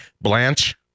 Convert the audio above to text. Blanche